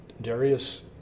Darius